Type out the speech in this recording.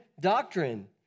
doctrine